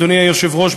אדוני היושב-ראש,